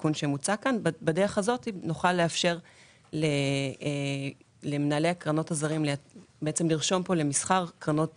בדרך הזאת נוכל לאפשר למנהלי הקרנות הזרים לרשום פה למסחר קרנות